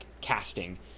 casting